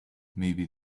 maybe